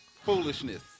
foolishness